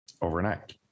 overnight